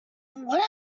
what